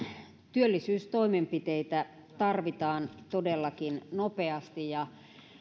työllisyystoimenpiteitä tarvitaan todellakin nopeasti ja